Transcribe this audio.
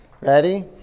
Ready